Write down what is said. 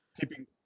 keeping